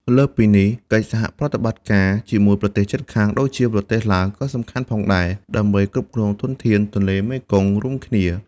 លើសពីនេះ កិច្ចសហប្រតិបត្តិការជាមួយប្រទេសជិតខាង ដូចជាប្រទេសឡាវ ក៏សំខាន់ផងដែរ ដើម្បីគ្រប់គ្រងធនធានទន្លេមេគង្គរួមគ្នា។